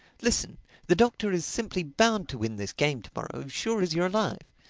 listen the doctor is simply bound to win this game to-morrow, sure as you're alive.